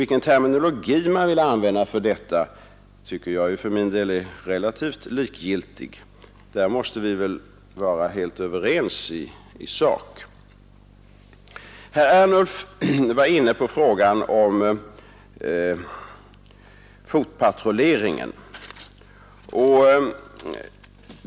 Vilken terminologi man vill använda om detta tycker jag för min del är relativt likgiltigt. Där måste vi väl vara helt överens i sak. Herr Ernulf var inne på frågan om fotpatrulleringen.